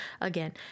Again